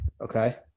okay